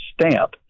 stamp